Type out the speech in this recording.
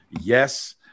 Yes